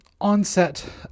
onset